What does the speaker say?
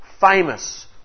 Famous